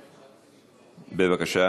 בבקשה.